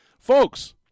folks